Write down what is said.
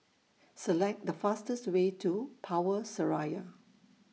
Select The fastest Way to Power Seraya